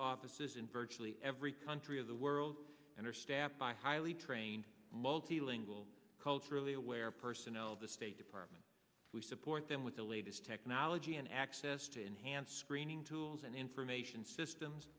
offices in virtually every country of the world and are staffed by highly trained multi lingual culturally aware personnel the state department we support them with the latest technology and access to enhanced screening tools and information systems